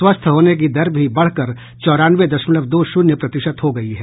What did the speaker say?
स्वस्थ होने की दर भी बढ़कर चौरानवे दशमलव दो शून्य प्रतिशत हो गई है